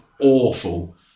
awful